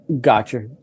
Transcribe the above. gotcha